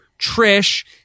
Trish